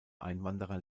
einwanderer